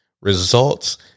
results